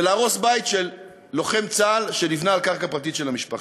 ולהרוס בית של לוחם צה"ל שנבנה על קרקע פרטית של המשפחה.